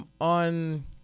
On